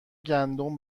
گندم